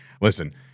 listen